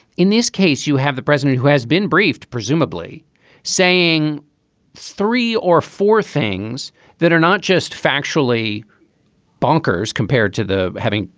in this case, you have the president who has been briefed, presumably saying three or four things that are not just factually bonkers compared to the having.